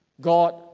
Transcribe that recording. God